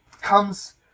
comes